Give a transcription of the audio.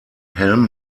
helm